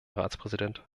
ratspräsident